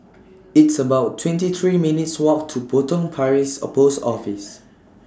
It's about twenty three minutes' Walk to Potong Paris A Post Office